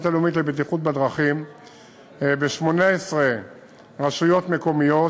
הלאומית לבטיחות בדרכים ב-18 רשויות מקומיות,